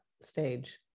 stage